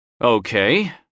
Okay